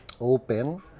open